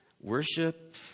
Worship